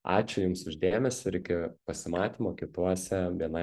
ačiū jums už dėmesį ir iki pasimatymo kituose bni